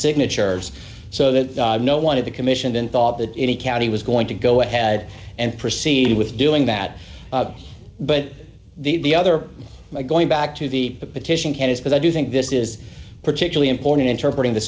signatures so that no one of the commission thought that any county was going to go ahead and proceed with doing that but the other my going back to the petition ken is because i do think this is particularly important interpret in the